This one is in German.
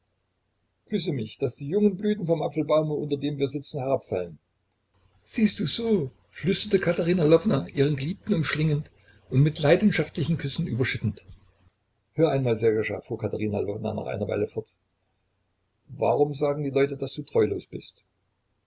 küsse mich daß die jungen blüten vom apfelbaume unter dem wir sitzen herabfallen siehst du so flüsterte katerina lwowna ihren geliebten umschlingend und mit leidenschaftlichen küssen überschüttend hör einmal sserjoscha fuhr katerina lwowna nach einer weile fort warum sagen die leute daß du treulos bist